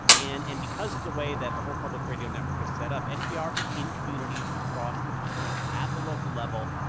and and because of the way that the whole public radio network is set up, npr is in communities across the country at the local level,